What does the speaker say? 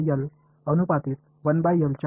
உங்கள் உள்ளுணர்வு புரிதல் என்ன